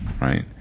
right